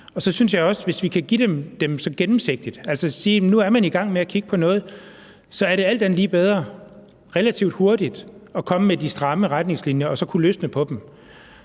Så synes jeg også, at hvis vi kan give dem dem gennemsigtigt – altså sige, at nu er man i gang med at kigge på noget – så er det alt andet lige bedre relativt hurtigt at komme med de stramme retningslinjer og så kunne løsne dem.